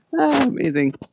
amazing